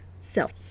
self